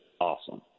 awesome